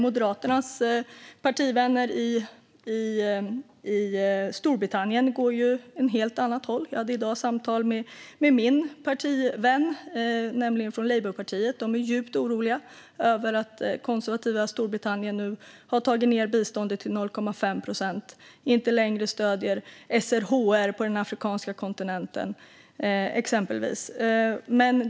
Moderaternas partivänner i Storbritannien går dock åt ett helt annat håll; jag hade i dag ett samtal med en partivän från Labourpartiet, och de är djupt oroliga över att de konservativa i Storbritannien har sänkt biståndet till 0,5 procent och inte längre stöder exempelvis SRHR på den afrikanska kontinenten.